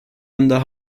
under